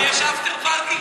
יש גם after party?